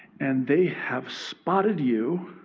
and they have spotted you